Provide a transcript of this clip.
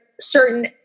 certain